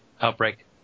Outbreak